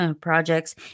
projects